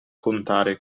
contare